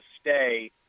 stay